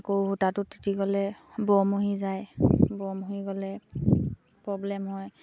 আকৌ সূতাটো তিতি গ'লে বৰ মহি যায় বৰ মহি গ'লে পব্লেম হয়